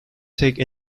take